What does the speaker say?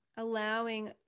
allowing